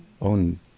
own